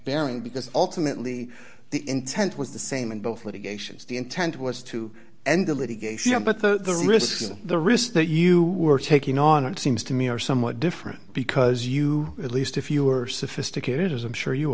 bearing because ultimately the intent was the same in both litigation is the intent was to end the litigation but the risks the risks that you were taking on it seems to me are somewhat different because you at least if you are sophisticated as i'm sure you